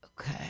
Okay